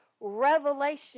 revelation